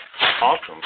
Awesome